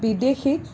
বিদেশীক